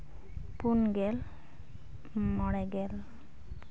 ᱯᱩᱱ ᱜᱮᱞ ᱢᱚᱬᱮ ᱜᱮᱞ